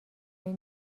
بین